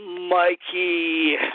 Mikey